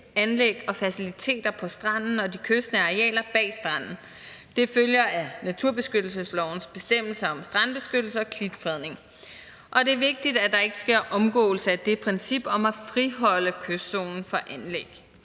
anlæg og faciliteter på stranden og de kystnære arealer bag stranden. Det følger af naturbeskyttelseslovens bestemmelser om strandbeskyttelse og klitfredning. Det er vigtigt, at der ikke sker en omgåelse af det princip om at friholde kystzonen fra anlæg.